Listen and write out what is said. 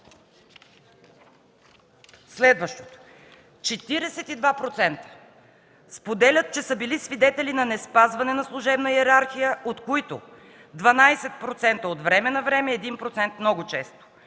Следващото: 42% споделят, че са били свидетели на неспазване на служебна йерархия, от които: 12% – от време на време, и 1% – много често.